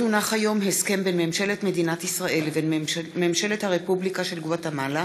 הסכם בין ממשלת מדינת ישראל לבין ממשלת הרפובליקה של גואטמלה